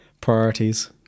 Priorities